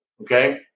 Okay